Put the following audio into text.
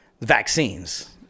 vaccines